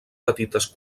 petites